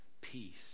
peace